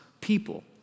people